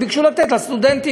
וביקשו לתת לסטודנטים.